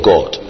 God